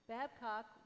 Babcock